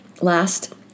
last